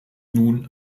nun